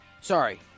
sorry